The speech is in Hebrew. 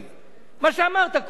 הם לא רצו שתשיב,